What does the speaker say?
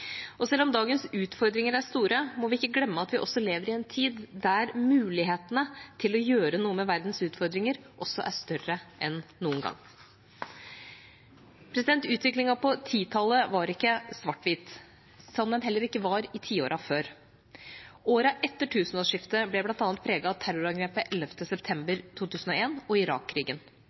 Og selv om dagens utfordringer er store, må vi ikke glemme at vi også lever i en tid der mulighetene til å gjøre noe med verdens utfordringer er større enn noen gang. Utviklingen på 2010-tallet var ikke svart-hvit – noe den heller ikke var i tiårene før. Årene etter tusenårsskiftet ble bl.a. preget av terrorangrepet 11. september 2001 og